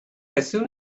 soon